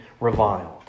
reviled